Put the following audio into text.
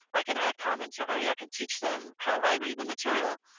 i can add commentary. i can teach them how i read the material.